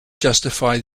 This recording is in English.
justify